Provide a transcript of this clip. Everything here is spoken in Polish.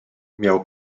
miał